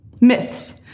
myths